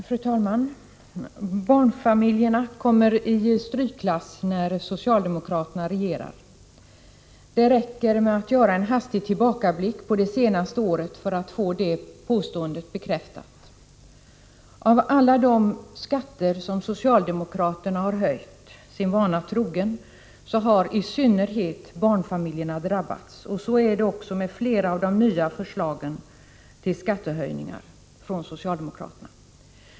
Fru talman! Barnfamiljerna kommer i strykklass när socialdemokraterna regerar. Det räcker med att göra en hastig tillbackablick på det senaste året för att få det påståendet bekräftat. Av alla de skatter som socialdemokraterna har höjt, sin vana trogen, har i synnerhet barnfamiljerna drabbats. Likadant är det med de nya förslagen till skattehöjningar.